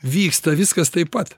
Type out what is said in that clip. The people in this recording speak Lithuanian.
vyksta viskas taip pat